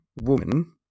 woman